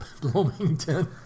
Bloomington